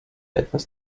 etwas